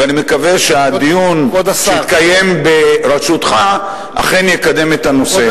ואני מקווה שהדיון שיתקיים בראשותך אכן יקדם את הנושא.